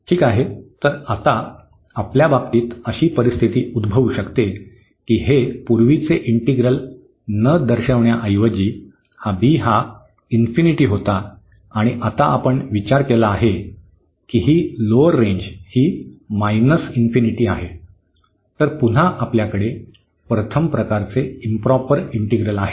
ठीक आहे तर आता आपल्या बाबतीत अशी परिस्थिती उद्भवू शकते की हे पूर्वीचे इंटिग्रल न दर्शविण्याऐवजी हा b हा होता आणि आता आपण विचार केला आहे की ही लोअर रेंज ही आहे तर पुन्हा आपल्याकडे प्रथम प्रकारचे इंप्रॉपर इंटिग्रल आहे